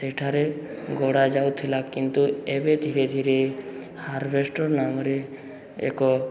ସେଠାରେ ଗୋଡ଼ା ଯାଉଥିଲା କିନ୍ତୁ ଏବେ ଧୀରେ ଧୀରେ ହାର୍ଭବେଷ୍ଟର ନାମରେ ଏକ